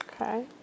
Okay